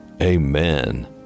Amen